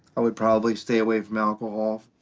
i would probably stay away from alcohol.